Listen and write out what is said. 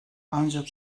ancak